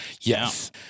Yes